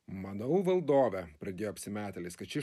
manau valdove pradėjo apsimetėlis kad ši